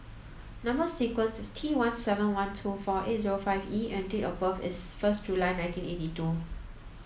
number sequence is T one seven one two four eight zero five E and date of birth is first July nineteen eighty two